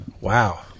Wow